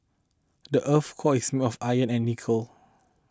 the earth's core is made of iron and nickel